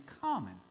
common